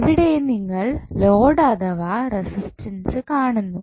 ഇവിടെ നിങ്ങൾ ലോഡ് അഥവാ റസിസ്റ്റൻസ് കാണുന്നു